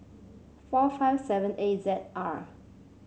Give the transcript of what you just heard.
four five seven A Z R